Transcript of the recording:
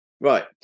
Right